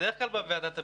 בדרך-כלל, בוועדת הביקורת.